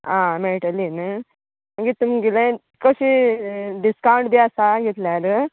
आं मेळटलें नी म्हणजे तुमगेले कशें डिस्कांवट बी आसा घेतल्यार